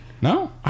No